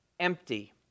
Empty